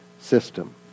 system